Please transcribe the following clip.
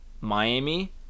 Miami